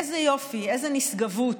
איזה יופי, איזו נשגבות.